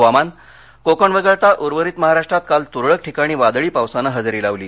हवामान कोकण वगळता उर्वरित महाराष्ट्रात काल तुरळक ठिकाणी वादळी पावसानं हजेरी लावली